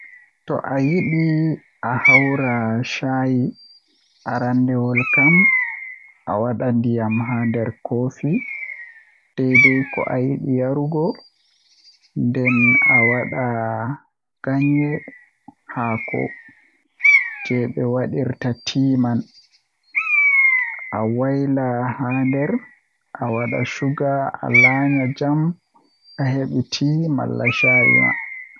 To ayidi ahawra shayi arandewol kam awada ndiym haa nder koofi deidei ko ayidi yarugo, nden awadda ganye haako jei be wadirta tea man awaila haa nder awada shuga alanya jam ahebi tea malla shayi ma